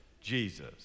Jesus